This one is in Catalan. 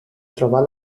trobar